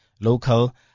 local